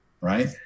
right